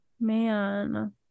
Man